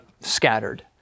scattered